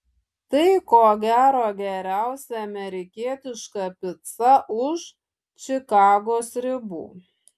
tai ko gero geriausia amerikietiška pica už čikagos ribų